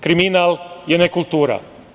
Kriminal je nekultura.